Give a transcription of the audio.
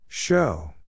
Show